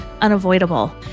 unavoidable